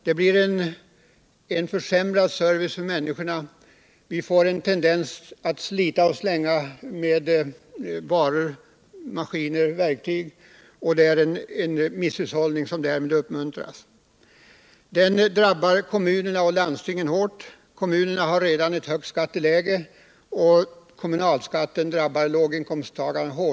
Detta innebär en försämrad service för människorna, och vi får en slit-och-släng-tendens när det gäller varor, maskiner, verktyg osv., vilket innebär att vi uppmuntrar en misshushållning med resurserna. Löneskatten drabbar kommunerna och landstingen hårt. Kommunerna har redan nu ett högt skatteläge, och de som hårdast drabbas av kommunalskatterna är låginkomsttagarna.